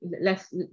less